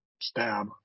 stab